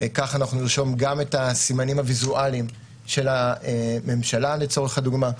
כך אנחנו נרשום גם את הסימנים הוויזואליים של הממשלה לצורך הדוגמה,